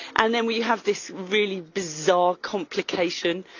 and then we have this really bizarre complication,